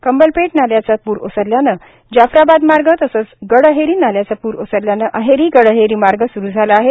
कंबलपेठ नाल्याचा प्र ओसरल्याने जाफ्राबाद मार्ग तसेच गडअहेरी नाल्याचा प्र ओसरल्याने अहेरी गडअहेरी मार्ग सुरु झाला आहे